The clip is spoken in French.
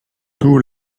tous